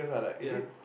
ya